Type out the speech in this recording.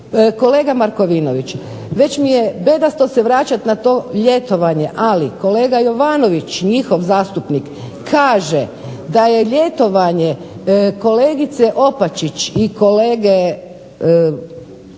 Kolega Markovinović, već mi je bedasto se vraćati na to ljetovanje, ali kolega Jovanović njihov zastupnik, kaže da je ljetovanje kolegice Opačić i kolege STazića